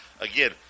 again